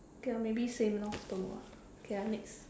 okay ah maybe same lor don't know ah okay ah next